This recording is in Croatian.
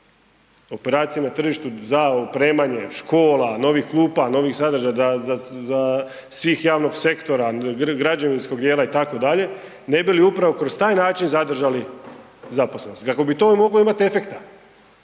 operacije na tržištu, da da opremanje škola, novih klupa, novih sadržaja, svih javnog sektora, građevinskog dijela itd. ne bi li upravo kroz taj način zadržali zaposlenost. Kako bi to moglo imati efekta